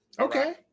Okay